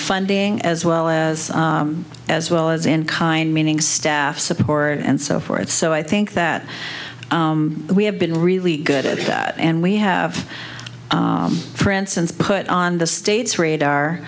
funding as well as as well as in kind meaning staff support and so forth so i think that we have been really good at that and we have friends since put on the states radar